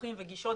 ויכוחים וגישות,